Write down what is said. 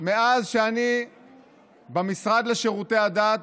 שאני במשרד לשירות הדת